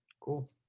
cool